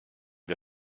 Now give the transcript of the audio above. wir